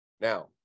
now